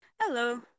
hello